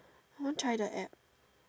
I want try the App